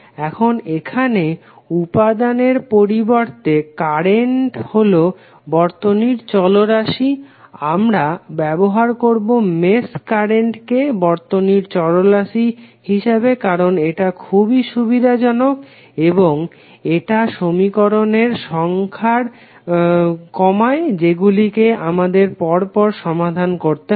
এখন এখানে উপাদানের পরিবর্তে কারেন্ট হলো বর্তনীর চল রাশি আমরা ব্যবহার করবো মেশ কারেন্টকে বর্তনীর চল রাশি হিসাবে কারণ এটা খুবই সুবিধাজনক এবং এটা সমীকরণের সংখ্যা কমায় যেগুলো কে আমাদের পরপর সমাধান করতে হবে